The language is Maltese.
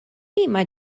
liema